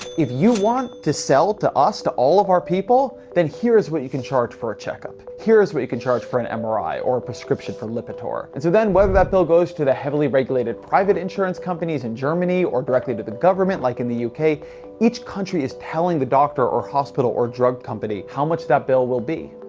if you want to sell to us, to all of our people, then here's what you can charge for a checkup. here is what you can charge for an mri or a prescription for lipitor. and so then whether that bill goes to the heavily regulated private insurance companies in germany or directly to the government like in the uk. each country is telling the doctor or hospital or drug company how much that bill will be.